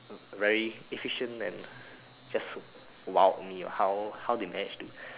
very efficient and just wowed me how how they manage to